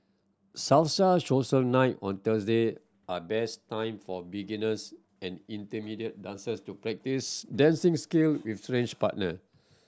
salsa social nights on Thursday are best time for beginners and intermediate dancers to practice dancing skill with strange partner